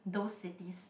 those cities